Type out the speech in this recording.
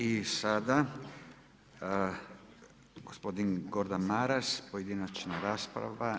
I sada gospodin Gordan Maras, pojedinačna rasprava.